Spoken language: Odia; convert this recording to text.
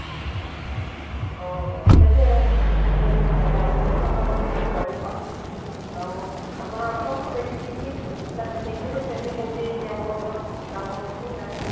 ଓ ହୋ ହଉ ହଉ ସେଇଠି ସେଥିରେ ବି ଚାହିଦା ଅଛି ଭଲ ଚଳିବ ଆଉ ଆପଣ ଆସନ୍ତୁ ଦେଖିକି ତାପରେ ଦେଖିବେ ସେଠି କେମିତି ଆପଣଙ୍କର ଲାଭ ହେଉଛି ନାହିଁ